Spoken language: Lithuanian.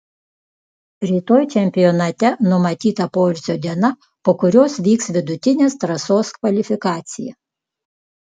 rytoj čempionate numatyta poilsio diena po kurios vyks vidutinės trasos kvalifikacija